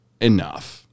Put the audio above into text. enough